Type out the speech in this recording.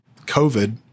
COVID